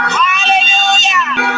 hallelujah